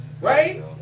right